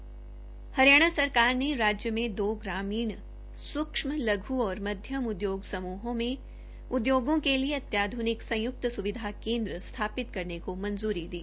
हरियाणा सरकार ने राज्य में दो ग्रामीण सूक्ष्म लघु और मध्यम उद्योग समूहों में उद्योगों के लिए अत्याधुनिक संयुक्त सुविधा केन्द्र स्थापित करने को मंजूरी दी